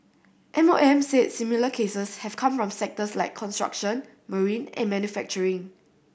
M O M said similar cases have come from sectors like construction marine and manufacturing